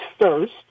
First